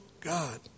God